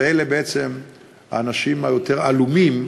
ואלה בעצם האנשים היותר-עלומים,